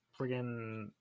friggin